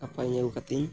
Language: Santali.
ᱱᱟᱯᱟᱭ ᱮᱢ ᱠᱟᱛᱮᱜ ᱤᱧ